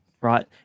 right